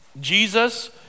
Jesus